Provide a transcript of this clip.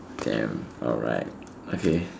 damn all right okay